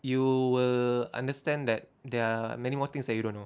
you will understand that there are many more things that you don't know